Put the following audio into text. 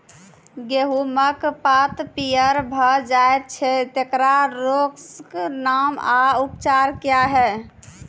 गेहूँमक पात पीअर भअ जायत छै, तेकरा रोगऽक नाम आ उपचार क्या है?